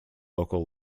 local